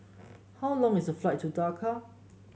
how long is the flight to Dakar